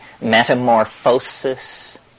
metamorphosis